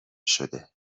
شده